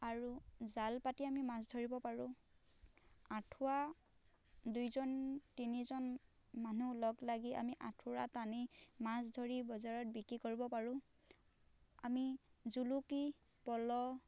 আৰু জাল পাতি আমি মাছ ধৰিব পাৰোঁ আঠুৱা দুইজন তিনিজন মানুহ লগ লাগি আমি আঠুৱা টানি মাছ ধৰি বজাৰত বিক্ৰী কৰিব পাৰোঁ আমি জুলুকি পলহ